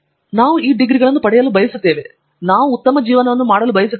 ಮತ್ತು ನಾವು ಈ ಡಿಗ್ರಿಗಳನ್ನು ಪಡೆಯಲು ಬಯಸುತ್ತೇವೆ ನಾವು ಉತ್ತಮ ಜೀವನವನ್ನು ಮಾಡಲು ಬಯಸುತ್ತೇವೆ